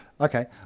Okay